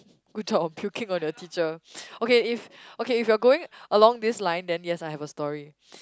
good thought of puking on your teacher okay if okay if you are going along this line then yes I have a story